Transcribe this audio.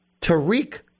Tariq